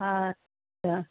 আচ্ছা